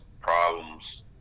problems